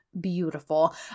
beautiful